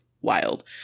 wild